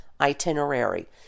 itinerary